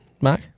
Mark